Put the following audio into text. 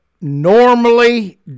normally